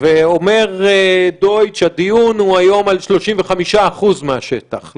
ואומר דויטש שהדיון הוא היום על 35% מהשטח,